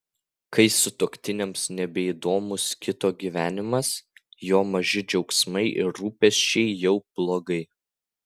kai sutuoktiniams nebeįdomus kito gyvenimas jo maži džiaugsmai ir rūpesčiai jau blogai